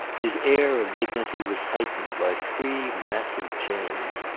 his air of dignity was heightened by three massive chins.